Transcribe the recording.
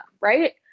right